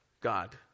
God